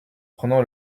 prenant